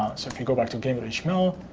um so if you go back to game html